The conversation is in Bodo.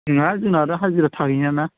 नङा जोंना दा हाजिरा थाहैयाना